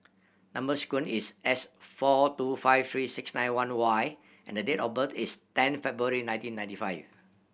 number sequence is S four two five three six nine one Y and date of birth is ten February nineteen ninety five